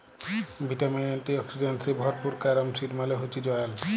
vitamin, antioxidants এ ভরপুর carom seed মালে হচ্যে জয়াল